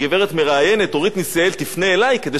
תפנה אלי כדי שאני אגיב על דבריו באופן ענייני.